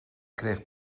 kreeg